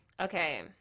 Okay